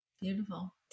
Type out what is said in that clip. Beautiful